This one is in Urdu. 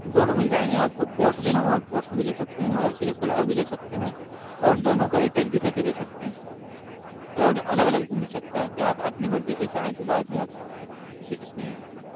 دونوں مل جائیں گے آپ کو پوٹس لینا ہو آپ پوٹس میں بھی لے سکتے ہیں اور صرف فلاور بھی لے سکتے ہیں اور دونوں کو اٹیچ بھی کر کے بھی دے سکتے ہیں اور الگ الگ بھی مل سکتا ہے کیا آپ اپنی مرضی سے چاہیں تو بعد میں آپ اس میں